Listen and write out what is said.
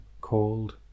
called